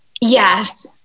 Yes